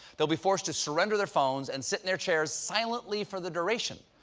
they'll be forced to surrender their phones and sit in their chairs silently for the duration.